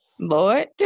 Lord